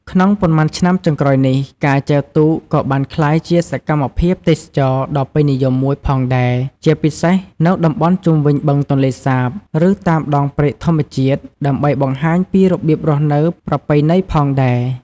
ក្នុងប៉ុន្មានឆ្នាំចុងក្រោយនេះ ការចែវទូកក៏បានក្លាយជាសកម្មភាពទេសចរណ៍ដ៏ពេញនិយមមួយផងដែរ ជាពិសេសនៅតំបន់ជុំវិញបឹងទន្លេសាប ឬតាមដងព្រែកធម្មជាតិ ដើម្បីបង្ហាញពីរបៀបរស់នៅប្រពៃណីផងដែរ។